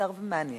קצר ומעניין.